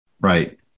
Right